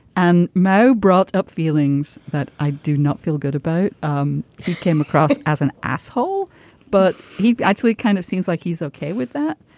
and mo brought up feelings that i do not feel good about. um he came across as an asshole but he actually kind of seems like he's okay with that.